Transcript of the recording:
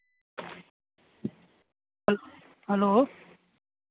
hello